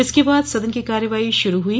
इसके बाद सदन की कार्यवाही शुरू हई